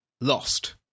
lost